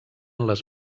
les